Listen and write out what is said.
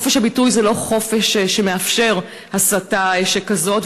חופש הביטוי זה לא חופש שמאפשר הסתה שכזאת,